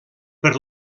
per